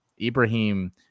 Ibrahim